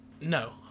No